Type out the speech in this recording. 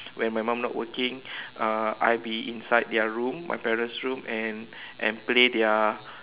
when my mum not working uh I be inside their room my parents' room and and play their